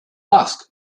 ask